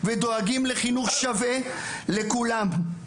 דואגים לחינוך שווה לכולם.